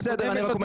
בסדר, אני רק אומר.